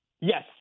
Yes